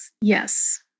Yes